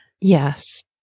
Yes